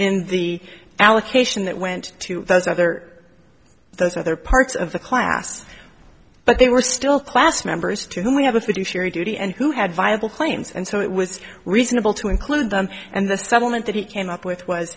in the allocation that went to those other those other parts of the class but they were still class members to whom we have a fiduciary duty and who had viable claims and so it was reasonable to include them and the settlement that he came up with was